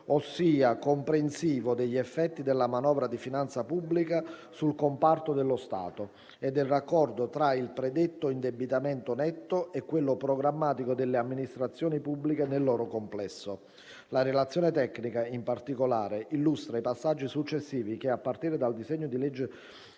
ossia comprensivo degli effetti della manovra di finanza pubblica sul comparto dello Stato, e del raccordo tra il predetto indebitamento netto e quello programmatico delle amministrazioni pubbliche nel loro complesso. La relazione tecnica, in particolare, illustra i passaggi successivi che, a partire dal disegno di legge